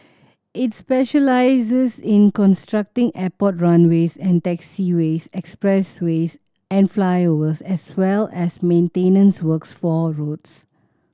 it specialises in constructing airport runways and taxiways expressways and flyovers as well as maintenance works for roads